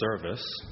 service